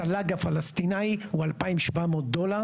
התל"ג הפלסטיני הוא 2,700$,